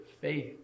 faith